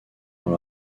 dans